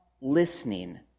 listening